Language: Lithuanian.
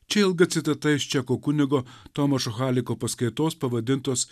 čia ilga citata iš čeko kunigo tomašo haliko paskaitos pavadintos